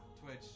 Twitch